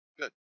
Good